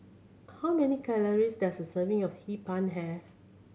how many calories does a serving of Hee Pan have